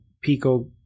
Pico